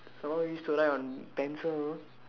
some more used to write on pencil